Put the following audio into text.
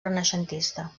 renaixentista